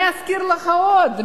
אני אזכיר לך עוד,